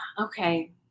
okay